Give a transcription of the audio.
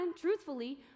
truthfully